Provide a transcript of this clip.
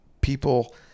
people